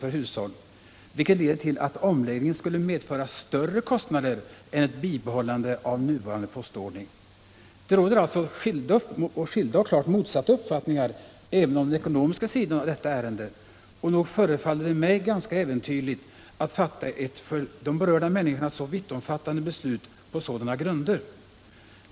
per hushåll, vilket leder till att omläggningen skulle medföra större kostnader än vid ett bibehållande av den nuvarande postordningen. Det råder alltså klart motsatta uppfattningar även beträffande den ekonomiska sidan av saken, och nog förefaller det mig ganska äventyrligt att fatta ett för de berörda människorna så betydelsefullt beslut på sådana grunder.